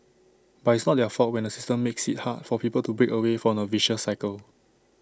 but it's not their fault when the system makes IT hard for people to break away from the vicious cycle